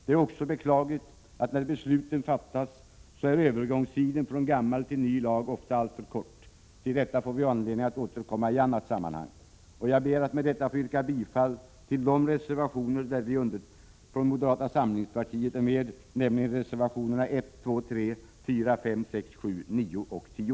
Det är också beklagligt att när besluten fattas, så är övergångstiden från gammal till ny lag ofta alltför kort. Till detta får vi anledning att återkomma i annat sammanhang. Jag ber med detta att få yrka bifall till de reservationer där vi från moderata samlingspartiet är med, nämligen reservationerna 1, 2,3, 4,5, 6, 7, 9 och 10.